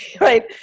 right